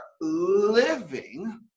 living